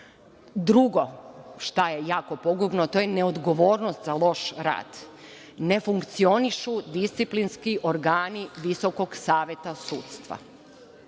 ljudi. Drugo, šta je jako pogubno, to je neodgovornost za loš rad. Ne funkcionišu disciplinski organi Visokog saveta sudstva.